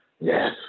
Yes